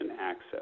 access